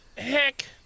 Heck